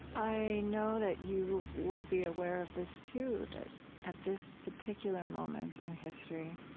i know that you will be aware of this, too, that at this particular moment in history